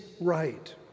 right